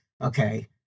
Okay